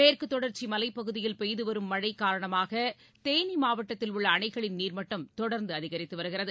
மேற்குதொடர்ச்சிமலைப்பகுதியில் பெய்துவரும் மழைகாரணமாகதேனிமாவட்டத்தில் உள்ளஅணைகளின் நீர் மட்டம் தொடர்ந்துஅதிகரித்துவருகிறது